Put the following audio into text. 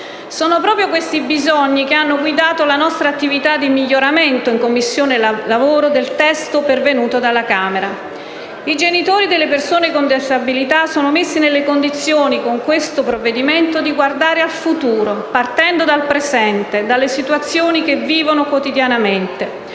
Sono proprio questi bisogni che hanno guidato la nostra attività di miglioramento, in Commissione lavoro, del testo pervenuto dalla Camera. I genitori delle persone con disabilità sono messi nelle condizioni, con questo provvedimento, di guardare al futuro partendo dal presente, dalle situazioni che vivono quotidianamente.